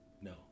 No